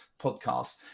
podcast